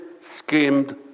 skimmed